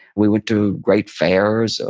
we went to great fairs,